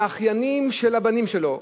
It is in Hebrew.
והאחיינים של הבנים שלו,